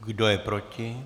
Kdo je proti?